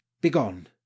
Begone